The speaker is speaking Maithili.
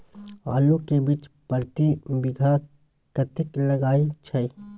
आलू के बीज प्रति बीघा कतेक लागय छै?